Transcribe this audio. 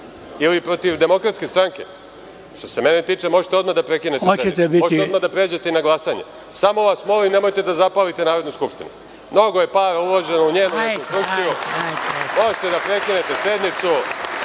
ili protiv DS, što se mene tiče možete odmah da prekinete sednicu, možete odmah da pređete i na glasanje. Samo vas molim nemojte da zapalite Narodnu skupštinu. Mnogo je para uloženo u njenu rekonstrukciju. Možete da prekinete sednicu,